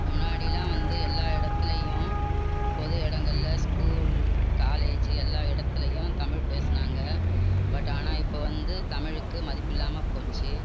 முன்னாடிலாம் வந்து எல்லா இடத்துலையும் பொது இடங்கள்ல ஸ்கூல் காலேஜி எல்லா இடத்துலையும் தமிழ் பேசுனாங்க பட் ஆனால் இப்போ வந்து தமிழுக்கு மதிப்பு இல்லாமல் போச்சு